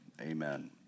amen